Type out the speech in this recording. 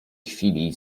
chwili